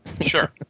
Sure